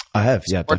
i have, yeah, but